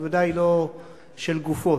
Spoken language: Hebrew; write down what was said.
ובוודאי לא של גופות.